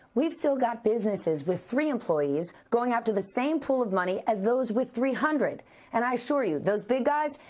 we've still got businesses with three employees going after the same pool of money as those with three hundred and i assure you, those big guys,